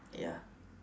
ya